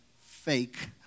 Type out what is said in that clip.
fake